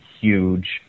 huge